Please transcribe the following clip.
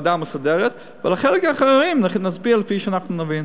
בוועדה המסדרת, ועל האחרים נצביע כפי שאנחנו נבין.